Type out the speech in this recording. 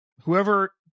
whoever